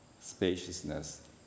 spaciousness